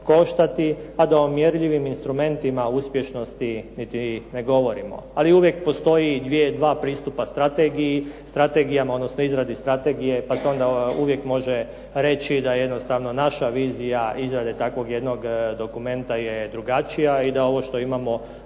a da o mjerljivim instrumentima uspješnosti niti ne govorimo. Ali uvijek postoji dva pristupa strategiji, strategijama odnosno izradi strategije pa se onda uvijek može reći da jednostavno naša vizija izrade takvog jednog dokumenta je drugačija i da ovo što imamo